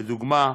לדוגמה: